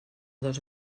dos